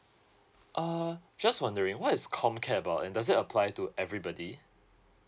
uh just wondering what is com care about and does it apply to everybody